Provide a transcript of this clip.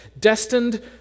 destined